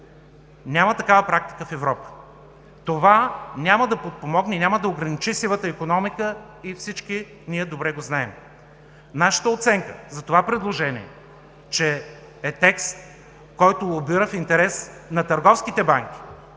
Няма такава практика в Европа! Това няма да подпомогне процеса и да ограничи сивата икономика и всички ние добре го знаем. Нашата оценка за това предложение е, че е текст, който лобира в интерес на търговските банки,